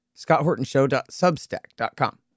scotthortonshow.substack.com